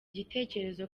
gitekerezo